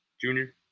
junior